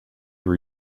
were